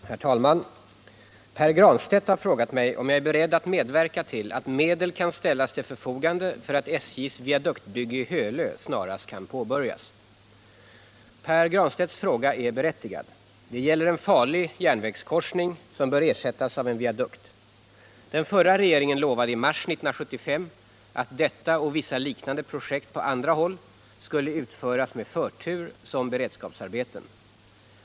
304, och anförde: Herr talman! Pär Granstedt har frågat mig om jag är beredd att medverka till att medel kan ställas till förfogande för att SJ:s viaduktbygge i Hölö snarast kan påbörjas. Pär Granstedts fråga är berättigad. Det gäller en farlig järnvägskorsning, som bör ersättas av en viadukt. Den förra regeringen lovade i mars 1975 att detta och vissa liknande projekt på andra håll skulle utföras med förtur som beredskapsarbeten.